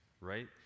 Right